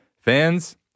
fans